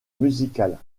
musicale